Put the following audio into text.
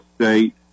State